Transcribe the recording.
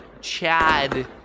Chad